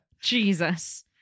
Jesus